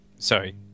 Sorry